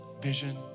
vision